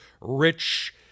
rich